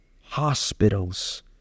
hospitals